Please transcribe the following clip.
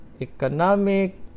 Economic